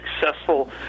successful